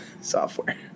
software